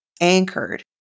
anchored